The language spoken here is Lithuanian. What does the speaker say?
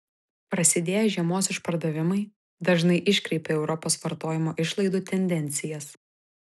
prasidėję žiemos išpardavimai dažnai iškreipia europos vartojimo išlaidų tendencijas